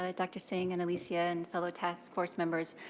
ah dr. singh, and alicia, and fellow task force members.